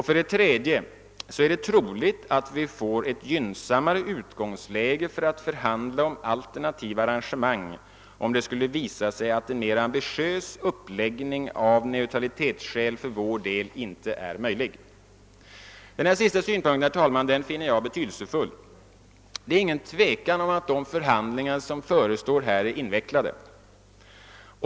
För det tredje är det troligt att vi får ett gynnsammare utgångsläge för att förhandla om alternativa arrangemang om det skulle visa sig att en mera ambitiös uppläggning av neutralitetsskäl inte är möjlig för oss. Den sistnämnda synpunkten finner jag mycket betydelsefull. Det är inget tvivel om att de förhandlingar som förestår är invecklade.